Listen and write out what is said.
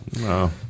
No